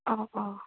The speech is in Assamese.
অঁ অঁ